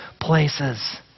places